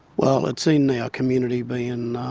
well it's seen our community be and